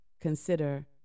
consider